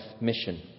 mission